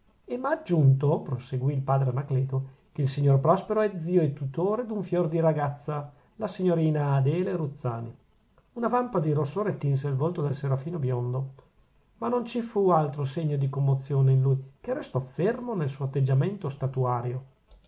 e m'ha aggiunto proseguì il padre anacleto che il signor prospero è zio e tutore d'un fior di ragazza la signorina adele ruzzani una vampa di rossore tinse il volto del serafino biondo ma non ci fu altro segno di commozione in lui che restò fermo nel suo atteggiamento statuario